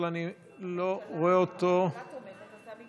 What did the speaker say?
אבל אני לא רואה אותו במליאה.